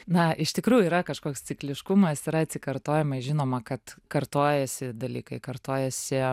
na iš tikrųjų yra kažkoks cikliškumas yra atsikartojimai žinoma kad kartojasi dalykai kartojasi